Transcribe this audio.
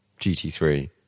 GT3